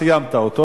סיימת אותו,